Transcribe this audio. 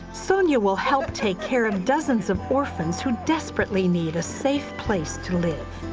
so and yeah will help take care of dozens of orphans who desperately need a safe place to live.